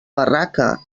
barraca